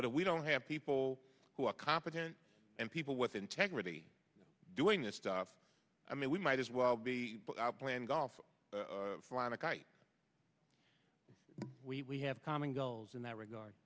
if we don't have people who are competent and people with integrity doing this stuff i mean we might as well be playing golf flying a kite we we have common goals in that regard